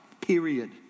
period